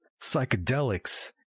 psychedelics